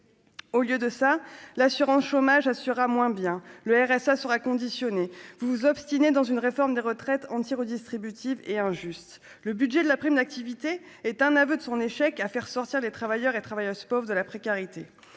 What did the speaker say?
au lieu de ça, l'assurance chômage assurera moins bien le RSA sera conditionné, vous vous obstinez dans une réforme des retraites anti-redistributive et injuste, le budget de la prime d'activité est un aveu de son échec à faire sortir les travailleurs et travailleuses pauvres de la précarité,